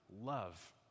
love